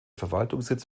verwaltungssitz